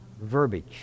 verbiage